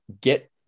get